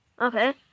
Okay